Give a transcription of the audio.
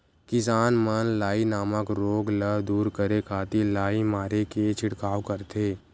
किसान मन लाई नामक रोग ल दूर करे खातिर लाई मारे के छिड़काव करथे